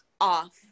off